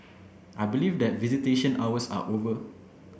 I believe that visitation hours are over